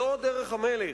זו דרך המלך,